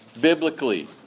biblically